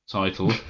title